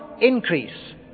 increase